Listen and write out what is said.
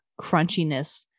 crunchiness